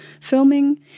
filming